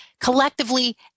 collectively